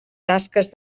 tasques